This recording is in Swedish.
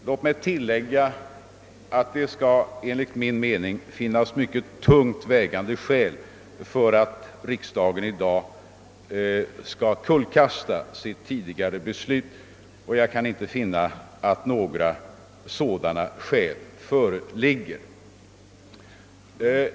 Låt mig tillägga att det enligt min mening skall finnas myc ket tungt vägande skäl för att riksdagen i dag skall kullkasta sitt tidigare beslut. Jag kan inte finna att några sådana skäl föreligger.